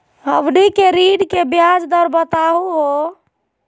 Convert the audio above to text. हमनी के ऋण के ब्याज दर बताहु हो?